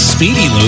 Speedy